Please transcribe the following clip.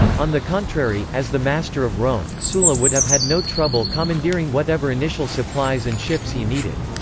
on the contrary, as the master of rome, sulla would have had no trouble commandeering whatever initial supplies and ships he needed.